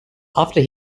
after